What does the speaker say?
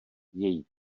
její